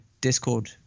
discord